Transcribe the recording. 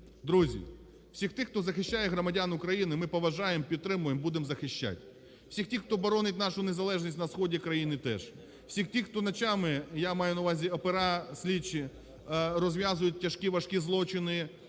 Друзі, всіх тих, хто захищає громадян України, ми поважаємо, підтримуємо і будемо захищати. Всіх тих, хто боронить нашу незалежність на сході країни – теж. Всіх тих, хто ночами, я маю на увазі опера, слідчі, розв'язують тяжкі, важкі злочини,